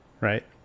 right